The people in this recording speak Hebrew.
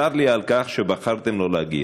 צר לי על כך שבחרתם לא להגיע.